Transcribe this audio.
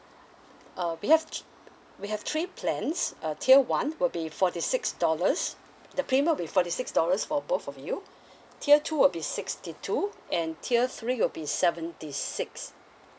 uh we have thr~ we have three plans uh tier one will be forty six dollars the premium will be forty six dollars for both of you tier two will be sixty two and tier three will be seventy six